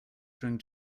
during